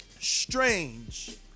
strange